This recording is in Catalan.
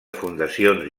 fundacions